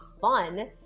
fun